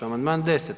Amandman 10.